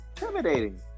Intimidating